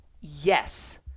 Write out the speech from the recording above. yes